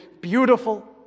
beautiful